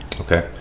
Okay